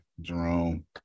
Jerome